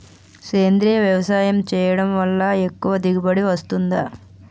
సేంద్రీయ వ్యవసాయం చేయడం వల్ల ఎక్కువ దిగుబడి వస్తుందా?